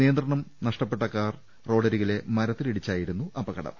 നിയന്ത്രണം നഷ്ടപ്പെട്ട കാർ റോഡരികിലെ മരത്തിലിടിച്ചായിരുന്നു അപകടം